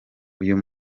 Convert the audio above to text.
uyu